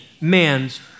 man's